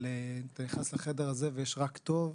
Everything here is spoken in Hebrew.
אבל אתה נכנס לחדר הזה ויש רק טוב,